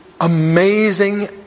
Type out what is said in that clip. amazing